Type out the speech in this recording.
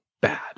bad